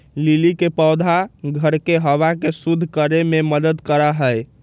lily के पौधा घर के हवा के शुद्ध करे में मदद करा हई